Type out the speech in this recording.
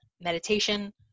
meditation